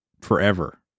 forever